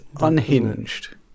unhinged